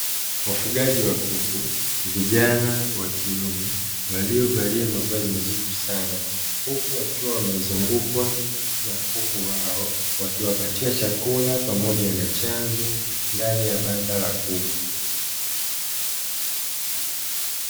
Wafugaji wa kuku, vijana wakiume waliovalia mavazi nadhifu sana huku wakiwa wamezungukwa na kuku wao, wakiwapatia chakula pamoja na chanjo ndani ya banda la kuku.